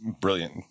brilliant